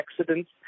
accidents